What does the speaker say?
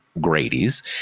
Grady's